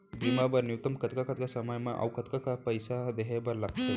बीमा बर न्यूनतम कतका कतका समय मा अऊ कतका पइसा देहे बर लगथे